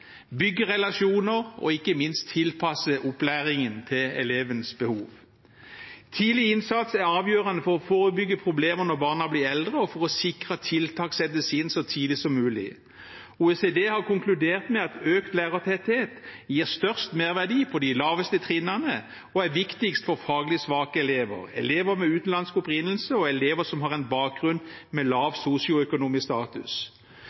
relasjoner og ikke minst tilpasse opplæringen til elevens behov. Tidlig innsats er avgjørende for å forebygge problemer når barna blir eldre, og for å sikre at tiltak settes inn så tidlig som mulig. OECD har konkludert med at økt lærertetthet gir størst merverdi på de laveste trinnene og er viktigst for faglig svake elever, elever av utenlandsk opprinnelse og elever som har en bakgrunn med